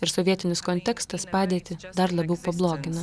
ir sovietinis kontekstas padėtį dar labiau pablogina